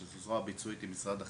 שזו זרוע ביצועית שפועלת עם משרד החינוך,